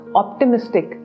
optimistic